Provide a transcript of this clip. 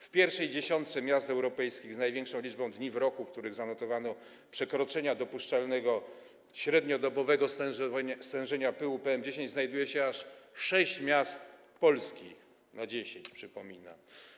W pierwszej dziesiątce miast europejskich z największą liczbą dni w roku, w których zanotowano przekroczenia dopuszczalnego średniodobowego stężenia pyłu PM10, znajduje się aż sześć miast polskich - na 10, przypominam.